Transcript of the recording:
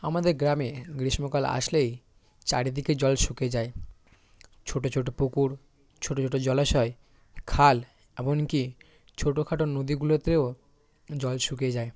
আমাদের গ্রামে গ্রীষ্মকাল আসলেই চারিদিকে জল শুকিয়ে যায় ছোটো ছোটো পুকুর ছোটো ছোটো জলাশয় খাল এমন কি ছোটো খাটো নদীগুলোতেও জল শুকিয়ে যায়